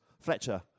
Fletcher